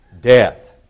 Death